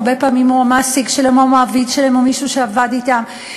הרבה פעמים הוא המעסיק שלהן או המעביד שלהן או מישהו שעבד אתן,